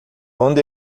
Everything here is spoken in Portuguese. onde